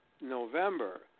November